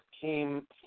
came